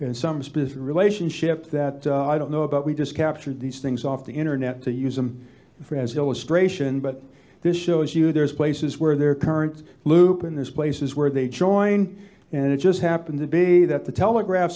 business relationship that i don't know about we just captured these things off the internet to use them for as illustration but this shows you there's places where they're current loop and there's places where they join and it just happened to be that the telegraph